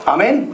Amen